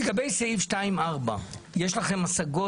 לגבי סעיף 2(4) יש לכם השגות?